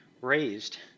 raised